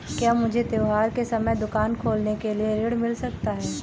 क्या मुझे त्योहार के समय दुकान खोलने के लिए ऋण मिल सकता है?